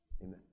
Amen